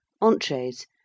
Entrees